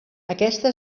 aquesta